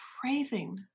craving